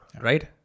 right